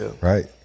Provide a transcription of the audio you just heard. Right